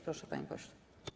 Proszę, panie pośle.